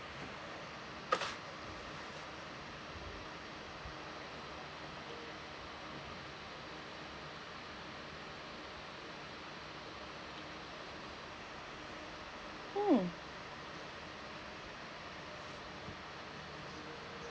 mm